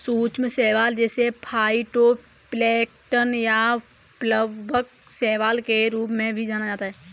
सूक्ष्म शैवाल जिसे फाइटोप्लैंक्टन या प्लवक शैवाल के रूप में भी जाना जाता है